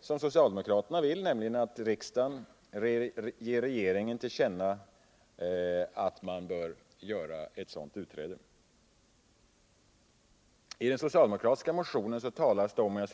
Socialdemokraterna vill ju att riksdagen skall ge regeringen till känna att Sverige bör göra ett sådant utträde. I den socialdemokratiska motionen talas det om